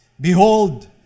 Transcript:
Behold